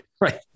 right